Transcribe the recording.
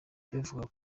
byavugwaga